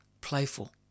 playful